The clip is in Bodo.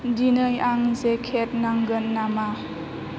दिनै आं जेकेट नांगोन नामा